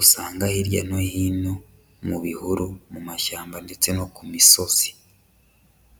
usanga hirya no hino mu bihuru, mu mashyamba ndetse no ku misozi.